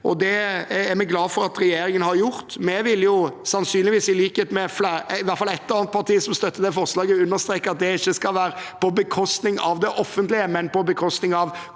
og det er vi glad for at regjeringen har gjort. Vi vil – sannsynligvis i likhet med i hvert fall ett av partiene som støtter det forslaget – understreke at det ikke skal være på bekostning av det offentlige, men på bekostning av kommersielle